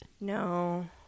No